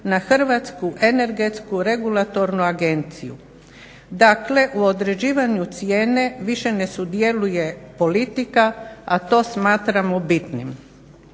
na Hrvatsku energetsku regulatornu agenciju. Dakle, u određivanju cijene više ne sudjeluje politika, a to smatramo bitnim.